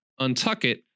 Untuckit